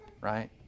right